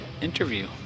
interview